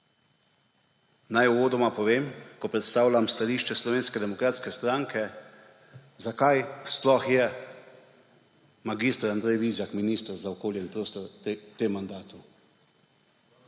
Naj uvodoma povem, ko predstavljam stališče Slovenske demokratske stranke, zakaj sploh je mag. Andrej Vizjak minister za okolje in prostor v tem mandatu.